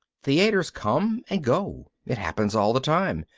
theaters come and go. it happens all the time.